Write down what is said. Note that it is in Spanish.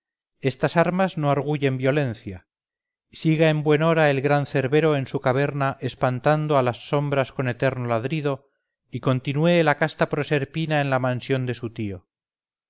estas armas no arguyen violencia siga en buen hora el gran cerbero en su caverna espantando a las sombras con eterno ladrido y continúe la casta proserpina en la mansión de su tío